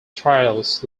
trials